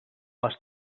les